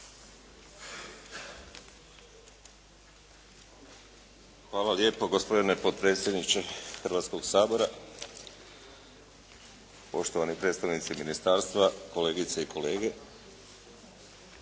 Hvala lijepo gospodine potpredsjedniče Hrvatskog sabora. Poštovani predstavnici ministarstva, kolegice i kolege.